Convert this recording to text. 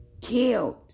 killed